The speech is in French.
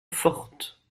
fortes